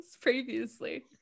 previously